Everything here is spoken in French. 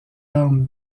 armes